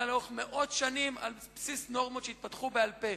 מאות שנים על בסיס נורמות שהתפתחו בעל-פה.